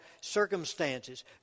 circumstances